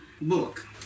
book